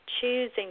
choosing